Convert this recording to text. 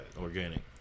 Organic